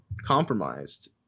compromised